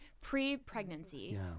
Pre-pregnancy